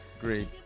Great